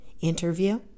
interview